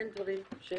אין דברים שהם מוסתרים.